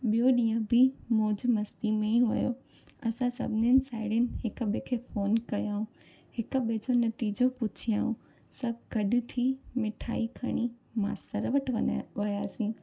ॿियो ॾींहुं बि मौजु मस्ती में ई हुओ असां सभिनीनि साहेड़ियुनि हिकु ॿिए खे फोन कयो हिकु ॿिए जो नतीजो पुछियूं सभु गॾु थी मिठाई खणी मास्तर वटि वञ वियासीं